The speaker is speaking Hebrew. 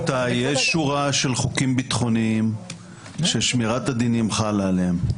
יש שורה של חוקים ביטחוניים ששמירת הדינים חלה בהם.